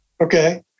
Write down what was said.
Okay